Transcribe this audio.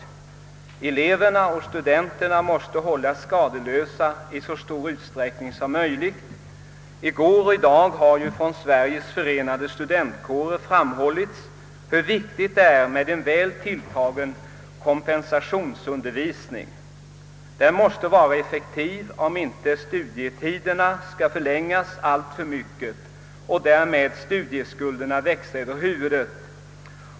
Skolelever och studenter måste hållas skadelösa i så stor utsträckning som möjligt. I går och i dag har Sveriges förenade studentkårer framhållit hur viktigt det är med en väl tilltagen kompensationsundervisning. Den måste vara ef fektiv om inte studietiderna skall förlängas alltför mycket och därmed studieskulderna växa vederbörande över huvudet.